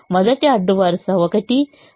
మొదటి అడ్డు వరుస 1